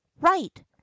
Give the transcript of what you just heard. Right